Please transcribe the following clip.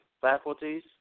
faculties